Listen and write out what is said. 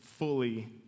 fully